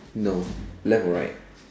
no left or right